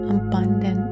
abundant